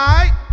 Right